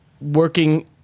working